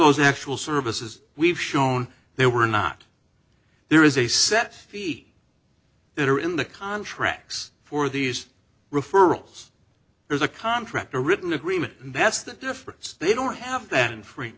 those actual services we've shown they were not there is a set fee that are in the contracts for these referrals there's a contract a written agreement and that's the difference they don't have that in fr